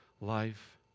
life